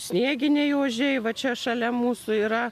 snieginiai ožiai va čia šalia mūsų yra